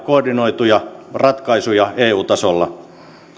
koordinoituja ratkaisuja eu tasolla